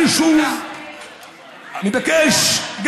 בבקשה שלי,